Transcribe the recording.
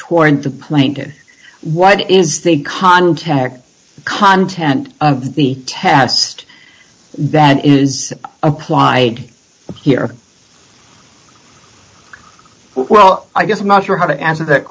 toward the plaintiff what is the contact content of the test that is applied here well i guess i'm not sure how to answer that